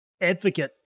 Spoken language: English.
advocate